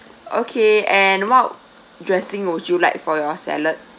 okay and what dressing would you like for your salad